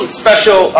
special